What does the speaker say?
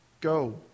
Go